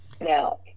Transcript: Now